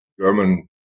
German